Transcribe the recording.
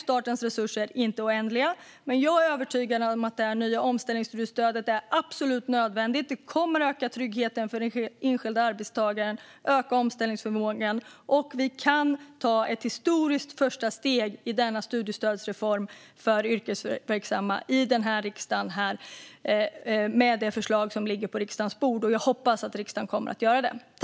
Statens resurser är inte oändliga, men jag är övertygad om att det nya omställningsstudiestödet är absolut nödvändigt. Det kommer att öka tryggheten för den enskilda arbetstagaren och öka omställningsförmågan. Riksdagen kan ta ett historiskt första steg i denna studiestödsreform för yrkesverksamma genom det förslag som ligger på bordet, och jag hoppas att riksdagen kommer att göra det.